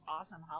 awesome